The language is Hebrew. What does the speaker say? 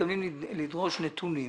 מתכוונים לדרוש נתונים